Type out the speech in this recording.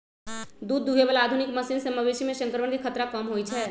दूध दुहे बला आधुनिक मशीन से मवेशी में संक्रमण के खतरा कम होई छै